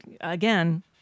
Again